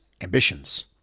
ambitions